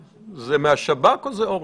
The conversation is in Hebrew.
זה מהשב"כ או זו אורנה?